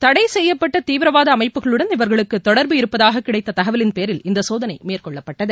தடை செய்யப்பட்ட தீவிரவாத அமைப்புகளுடன் இவர்களுக்கு தொடர்பு இருப்பதாகக் கிடைத்தத் தகவலின்பேரில் இந்த சோதனை மேற்கொள்ளப்பட்டது